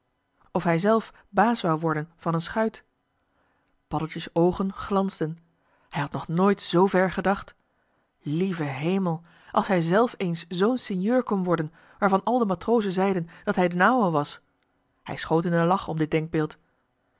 of hij zelf baas wou worden van een schuit paddeltje's oogen glansden hij had nog nooit zoover gedacht lieve hemel als hij zelf eens zoo'n sinjeur kon worden waarvan al de matrozen zeiden dat hij d'n ouwe was hij schoot in den lach om dit